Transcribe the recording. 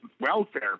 welfare